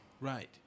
Right